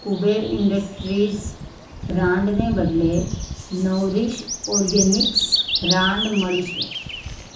Kuber Industries બ્રાંડને બદલે Nourish Organics brand મળી છે